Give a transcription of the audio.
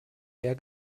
mehr